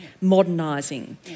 modernising